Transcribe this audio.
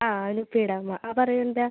ആ അനു എയുടെ അമ്മ ആ പറയൂ എന്താ